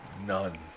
None